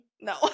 No